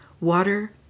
Water